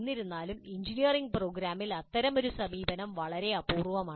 എന്നിരുന്നാലും എഞ്ചിനീയറിംഗ് പ്രോഗ്രാമിൽ അത്തരമൊരു സമീപനം വളരെ അപൂർവമാണ്